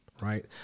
right